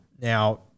Now